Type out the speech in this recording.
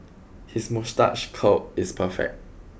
his moustache curl is perfect